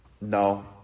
No